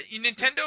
Nintendo